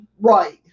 Right